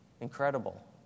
Incredible